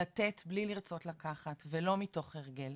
לתת בלי לרצות לקחת ולא מתוך הרגל.